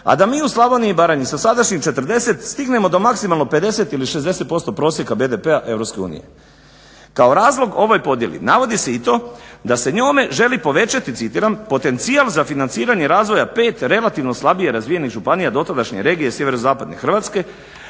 a da mi u Slavoniji i Baranji sa sadašnjih 40 stignemo do maksimalno 50 ili 60% prosjeka BDP-a EU. Kao razlog ovoj podjeli navodi se i to da se njome želi povećati, citiram potencijal za financiranje razvoja 5 relativno slabije razvijenih županija dotadašnje regije sjeverozapadne Hrvatske